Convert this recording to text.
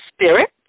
spirit